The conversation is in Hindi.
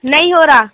नहीं हो रहा